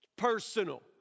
Personal